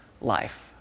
life